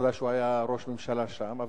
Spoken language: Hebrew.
עובדה שהוא היה ראש ממשלה שם,